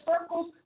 circles